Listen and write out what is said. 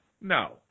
No